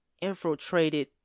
infiltrated